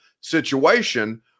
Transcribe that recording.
situation